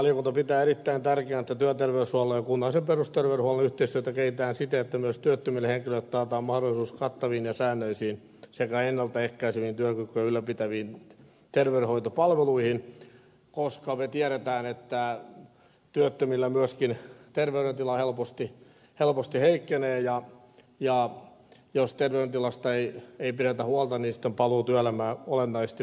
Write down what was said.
valiokunta pitää erittäin tärkeänä että työterveyshuollon ja kunnallisen perusterveydenhuollon yhteistyötä kehitetään siten että myös työttömille henkilöille taataan mahdollisuus kattaviin ja säännöllisiin sekä ennalta ehkäiseviin työkykyä ylläpitäviin terveydenhoitopalveluihin koska me tiedämme että työttömillä myöskin terveydentila helposti heikkenee ja jos terveydentilasta ei pidetä huolta niin sitten paluu työelämään olennaisesti vaikeutuu